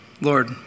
Lord